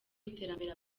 iterambere